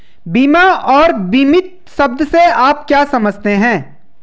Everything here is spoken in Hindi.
बीमा और बीमित शब्द से आप क्या समझते हैं?